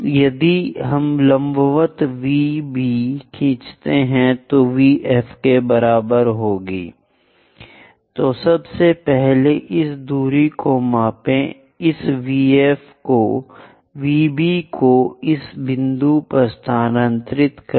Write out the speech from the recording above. यदि हम लंबवत V B खींचते हैं तो V F के बराबर होगी तो सबसे पहले इस दूरी को मापें इस V B को इस बिंदु पर स्थानांतरित करें